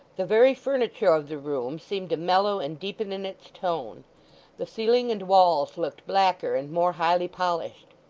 the very furniture of the room seemed to mellow and deepen in its tone the ceiling and walls looked blacker and more highly polished,